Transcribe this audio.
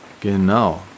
Genau